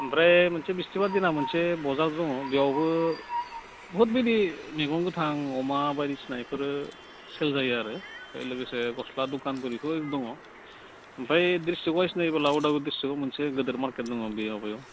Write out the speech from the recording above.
ओमफ्राय मोनसे बिस्थिबार दिना मोनसे बाजार दङ बेयावबो बहुथ बिदि मैगं गोथां अमा बायदिसिना बेफोरो सेल जायो आरो लोगोसे गस्ला दुखानफोर बेफोरो दङ ओमफ्राय दिस्थ्रिक्ट वाइस नायोबोला उदालगुरि दिस्थ्रिक्टआव मोनसे गिदिर मारकेट दङ बेयाव